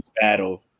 battle